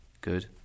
good